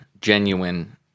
genuine